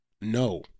no